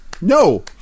No